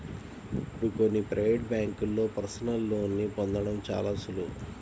ఇప్పుడు కొన్ని ప్రవేటు బ్యేంకుల్లో పర్సనల్ లోన్ని పొందడం చాలా సులువు